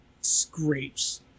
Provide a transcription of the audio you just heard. scrapes